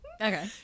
okay